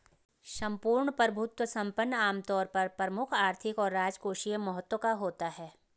सम्पूर्ण प्रभुत्व संपन्न आमतौर पर प्रमुख आर्थिक और राजकोषीय महत्व का होता है